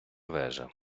вежа